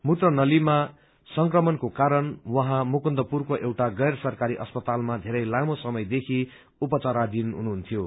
मूत्र नलीमा संक्रमणको कारण उहाँ मुकुन्दुरको एउटा गैर सरकारी अस्पतालमा येरै लामो समयदेखि उपचाराथिन हुनुहुन्थ्यो